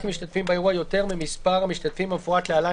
אם משתתפים באירוע יותר ממספר המשתתפים המפורט להלן,